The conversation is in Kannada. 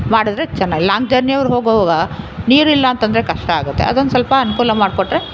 ಮಾಡಿದರೆ ಚೆನ್ನ ಲಾಂಗ್ ಜರ್ನಿಯವ್ರು ಹೋಗುವಾಗ ನೀರಿಲ್ಲ ಅಂತ ಅಂದ್ರೆ ಕಷ್ಟ ಆಗುತ್ತೆ ಅದೊಂದು ಸ್ವಲ್ಪ ಅನುಕೂಲ ಮಾಡಿಕೊಟ್ರೆ